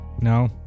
No